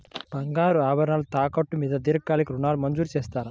బంగారు ఆభరణాలు తాకట్టు మీద దీర్ఘకాలిక ఋణాలు మంజూరు చేస్తారా?